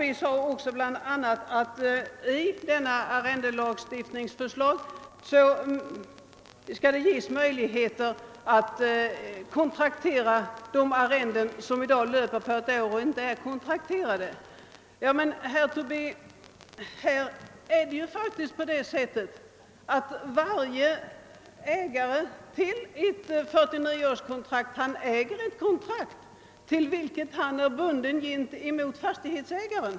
Herr Tobé sade bl.a. att det i detta arrendelagstiftningsförslag skall ges möjligheter att kontraktera de arrenden som i dag löper på ett år men som ännu inte är kontrakterade. Men det förhåller sig på det sättet, herr Tobé, att varje ägare till ett kontrakt på 49 år är bunden gentemot fastighetsägaren.